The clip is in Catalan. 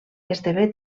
esdevé